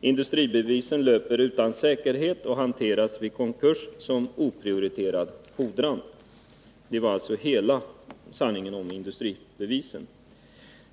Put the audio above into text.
Industribevisen löper utan säkerhet och hanteras vid konkurs som en oprioriterad fordran.” — Det var alltså hela sanningen om industribevisen.